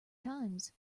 times